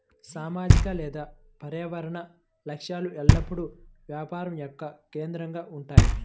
సామాజిక లేదా పర్యావరణ లక్ష్యాలు ఎల్లప్పుడూ వ్యాపారం యొక్క కేంద్రంగా ఉంటాయి